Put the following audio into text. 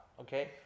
Okay